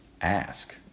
ask